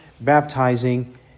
baptizing